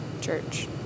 church